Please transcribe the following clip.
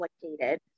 complicated